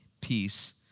peace